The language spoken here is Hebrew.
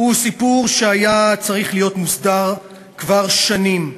הוא סיפור שהיה צריך להיות מוסדר כבר שנים.